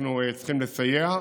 אנחנו צריכים לסייע,